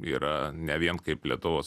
yra ne vien kaip lietuvos